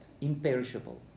Imperishable